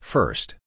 First